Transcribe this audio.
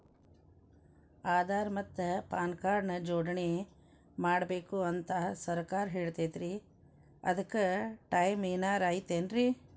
ಆಧಾರ ಮತ್ತ PAN card ನ ಜೋಡಣೆ ಮಾಡ್ಬೇಕು ಅಂತಾ ಸರ್ಕಾರ ಹೇಳೈತ್ರಿ ಅದ್ಕ ಟೈಮ್ ಏನಾರ ಐತೇನ್ರೇ?